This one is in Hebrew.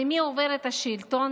למי עובר השלטון?